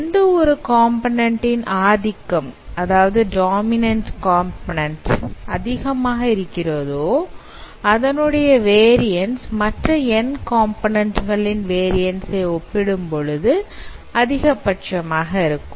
எந்த ஒரு காம்போநன்ண்ட் இன் ஆதிக்கம் அதிகமாக இருக்கிறதோ அதாவது டாமின்அண்ட் காம்போநன்ண்ட் அதனுடைய வேரியன்ஸ் மற்ற n காம்போநன்ண்ட் களின் வேரியன்ஸ் ஐ ஒப்பிடும் போது அதிகபட்சமாக இருக்கும்